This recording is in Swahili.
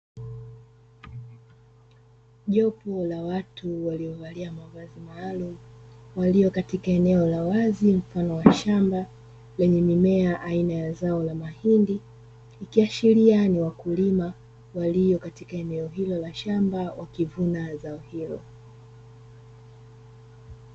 Jopo la watu waliovalia mavazi maalumu walio katika eneo la wazi mfano wa shamba lenye mimea aina ya zao la mahindi, ikiashiria ni wakulima walio katika eneo hilo la shamba wakivuna zao hilo.